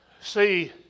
See